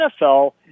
NFL